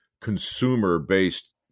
consumer-based